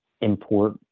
import